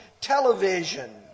television